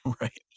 Right